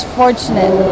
fortunate